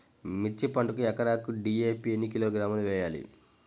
మిర్చి పంటకు ఎకరాకు డీ.ఏ.పీ ఎన్ని కిలోగ్రాములు వేయాలి?